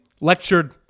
lectured